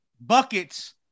Buckets